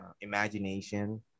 imagination